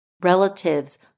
relatives